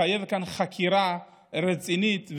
מחייב כאן חקירה רצינית,